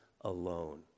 alone